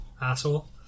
asshole